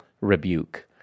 rebuke